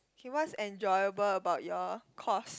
okay what's enjoyable about your course